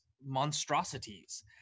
monstrosities